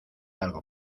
algo